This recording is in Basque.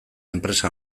enpresa